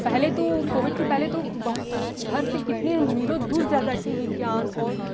पहले तो कोविड के पहले तो घर से कितने मीलों दूर जा जाकर विज्ञान और